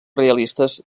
realistes